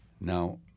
Now